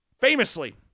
famously